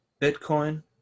bitcoin